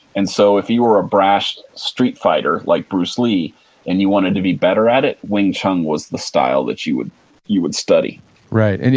and so if you were a brash street fighter like bruce lee and you wanted to be better at it, wing chun was the style that you would you would study right. and